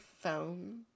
phone